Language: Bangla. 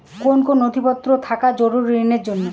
কোন কোন নথিপত্র থাকা জরুরি ঋণের জন্য?